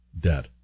debt